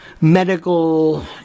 medical